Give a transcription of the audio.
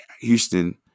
Houston